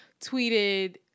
tweeted